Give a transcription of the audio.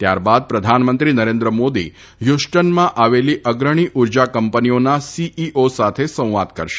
ત્યારબાદ પ્રધાનમંત્રી નરેન્દ્ર માદી હ્યુસ્ટનમાં આવેલી અગ્રણી ઉર્જા કંપનીઓના સીઇઓ સાથે સંવાદ કરશે